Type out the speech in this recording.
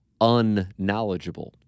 unknowledgeable